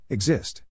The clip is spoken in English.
Exist